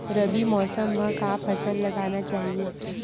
रबी मौसम म का फसल लगाना चहिए?